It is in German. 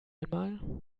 einmal